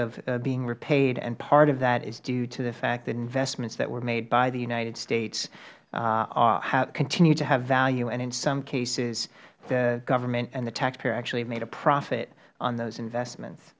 of being repaid and part of that is due to the fact that investments that were made by the united states continue to have value and in some cases the government and the taxpayer actually have made a profit on those investments